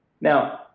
Now